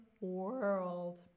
world